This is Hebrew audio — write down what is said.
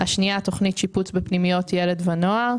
השנייה, תוכנית שיפוץ בפנימיות ילד ונוער.